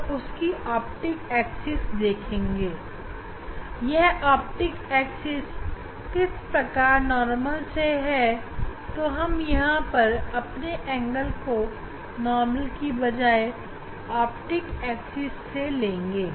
जब हम आप ऑप्टिक एक्सिस देख पा रहे हैं तब एंगल को नॉर्मल के हिसाब से ले रहे थे उसे अब हम धरातल के नॉर्मल की जगह ऑप्टिक एक्सिस से ही लेंगे